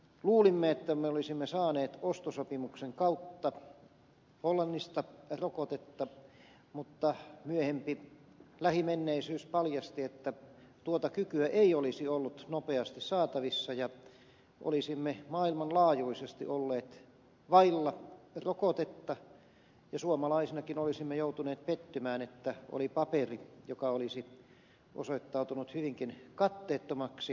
luulimme että me olisimme saaneet ostosopimuksen kautta hollannista rokotetta mutta myöhempi lähimenneisyys paljasti että tuota kykyä ei olisi ollut nopeasti saatavissa ja olisimme maailmanlaajuisesti olleet vailla rokotetta ja suomalaisinakin olisimme joutuneet pettymään että oli paperi joka olisi osoittautunut hyvinkin katteettomaksi